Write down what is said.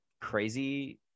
crazy